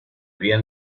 bien